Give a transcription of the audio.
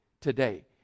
today